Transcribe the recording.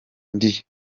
ndi